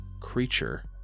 creature